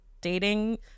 dating